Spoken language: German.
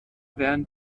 während